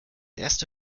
erste